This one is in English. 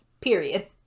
period